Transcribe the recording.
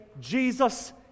Jesus